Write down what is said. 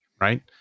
right